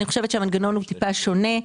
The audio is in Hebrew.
אני חושבת שהמנגנון הוא טיפה שונה,